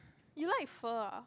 you like Pho ah